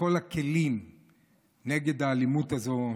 ובכל הכלים נגד האלימות הזאת,